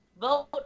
Vote